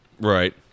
Right